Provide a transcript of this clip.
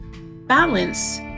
Balance